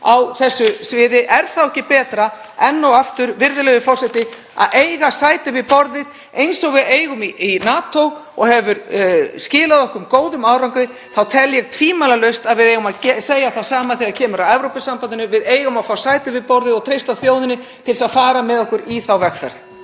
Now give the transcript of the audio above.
á þessu sviði. Er þá ekki betra, enn og aftur, virðulegi forseti, að eiga sæti við borðið eins og við eigum í NATO og hefur skilað okkur góðum árangri? (Forseti hringir.) Ég tel tvímælalaust að við eigum að segja það sama þegar kemur að Evrópusambandinu. Við eigum að fá sæti við borðið og treysta þjóðinni til að fara með okkur í þá vegferð.